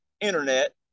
internet